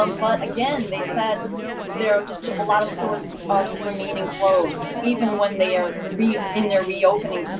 um but again they said there's a lot of stores are remaining closed, even when they are re in their reopening, so